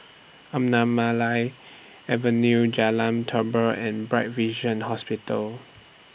Anamalai Avenue Jalan Tambur and Bright Vision Hospital